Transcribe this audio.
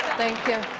thank you.